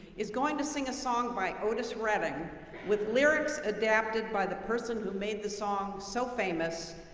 is going to sing a song by otis redding with lyrics adapted by the person who made the song so famous,